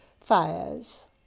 fires